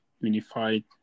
unified